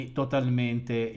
totalmente